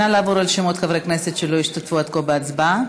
נא לעבור על שמות חברי הכנסת שלא השתתפו עד כה בהצבעה.